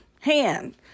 hand